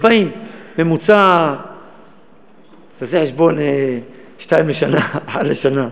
40. זה בממוצע שניים בשנה, אחד לשנה,